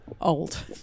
Old